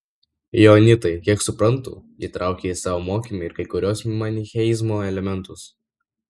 joanitai kiek suprantu įtraukia į savo mokymą ir kai kuriuos manicheizmo elementus